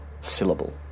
syllable